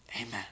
Amen